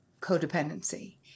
codependency